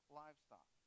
livestock